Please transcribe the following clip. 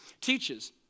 teaches